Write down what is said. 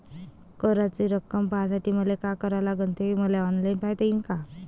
कराच रक्कम पाहासाठी मले का करावं लागन, ते मले ऑनलाईन पायता येईन का?